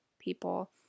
people